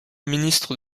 ministre